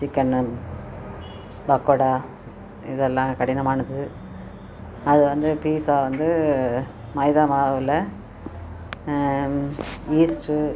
chicken pakoda இதுல்லாம் கடினமானது அது வந்து பீட்ஸா வந்து மைதா மாவில் ஈஸ்ட்டு